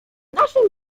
naszym